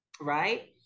right